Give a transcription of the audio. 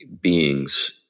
beings